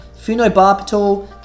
Phenobarbital